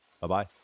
Bye-bye